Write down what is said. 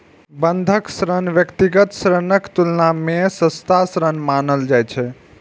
बंधक ऋण व्यक्तिगत ऋणक तुलना मे सस्ता ऋण मानल जाइ छै